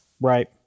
right